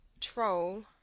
troll